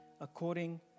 according